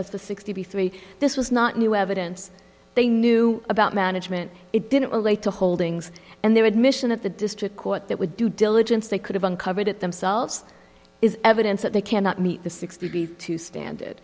the sixty three this was not new evidence they knew about management it didn't relate to holdings and their admission at the district court that with due diligence they could have uncovered it themselves is evidence that they cannot meet the sixty to stand it